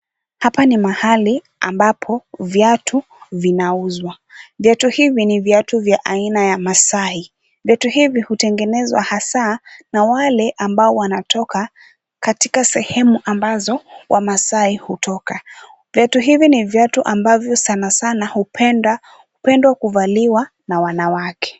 Hapa ni mahali ambapo viatu vinauzwa, viatu hivi ni vya aina ya masai, viatu hivi hutengenezwa hasa na wale watu ambao wanatoka katika sehemu ambazo wamasaai hutoka. viatu hivi ni viatu ambavyo sanasana hupendwa kuvaliwa na wanawake.